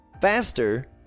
Faster